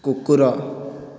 କୁକୁର